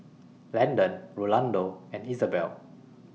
Landen Rolando and Isabell